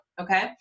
Okay